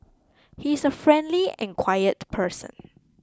he is a friendly and quiet person